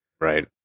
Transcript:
Right